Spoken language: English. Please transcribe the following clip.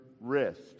wrist